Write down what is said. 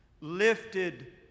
Lifted